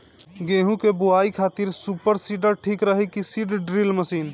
गेहूँ की बोआई खातिर सुपर सीडर ठीक रही की सीड ड्रिल मशीन?